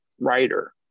writer